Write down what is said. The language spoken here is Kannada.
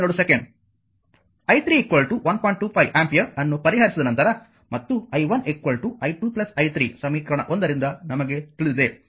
25 ಆಂಪಿಯರ್ ಅನ್ನು ಪರಿಹರಿಸಿದ ನಂತರ ಮತ್ತು i1 i2 i3 ಸಮೀಕರಣ 1 ರಿಂದ ನಮಗೆ ತಿಳಿದಿದೆ